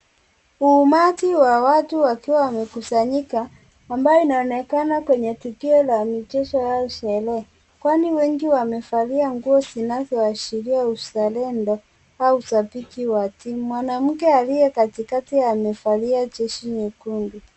Umati wa watu wakiwa wamekusanyika ambao inaonekana kwenye tukio la michezo au sherehe kwani wengi wamevalia nguo zinazoashiria uzalendo au ushabiki wa timu, mwanamke aliyekatikati amevalia jezi nyekundu .